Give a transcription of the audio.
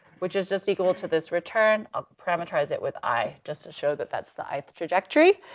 which is just equal to this return. i'll parameterize it with i just to show that that's the i'th trajectory.